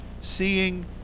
seeing